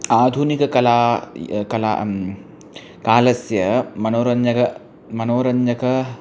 आधुनिककला कला कालस्य मनोरञ्जक मनोरञ्जक